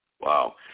Wow